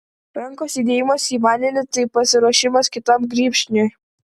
rankos įdėjimas į vandenį tai pasiruošimas kitam grybšniui